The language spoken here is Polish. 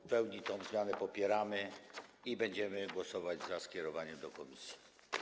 W pełni tę zmianę popieramy i będziemy głosować za skierowaniem jej do komisji.